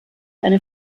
eine